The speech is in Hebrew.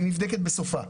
היא נבדקת בסופה.